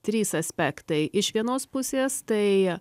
trys aspektai iš vienos pusės tai